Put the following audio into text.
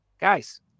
guys